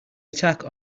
attack